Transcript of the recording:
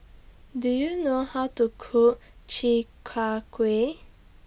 Do YOU know How to Cook Chi Kak Kuih